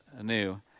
new